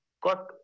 got